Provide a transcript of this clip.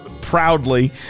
proudly